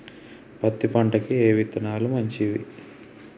పత్తి పంటకి ఏ విత్తనాలు మంచివి?